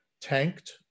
tanked